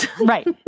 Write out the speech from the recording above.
Right